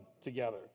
together